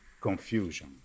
confusion